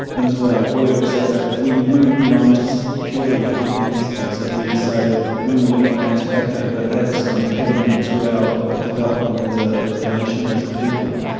into our work so that we move beyond just purely health messages, that we say when we're looking at tobacco, that that's an impediment to our development as ah as a nation, as a people.